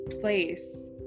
place